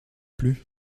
plus